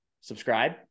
subscribe